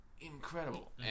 incredible